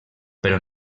però